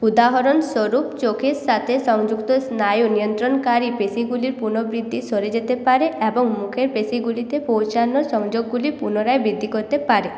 উদাহরণস্বরূপ চোখের সাথে সংযুক্ত স্নায়ু নিয়ন্ত্রণকারী পেশীগুলির পুনর্বৃদ্ধি সরে যেতে পারে এবং মুখের পেশীগুলিতে পৌঁছানোর সংযোগগুলি পুনরায় বৃদ্ধি করতে পারে